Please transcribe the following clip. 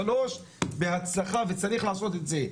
שלוש בהצלחה וצריך לעשות את זה.